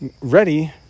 ready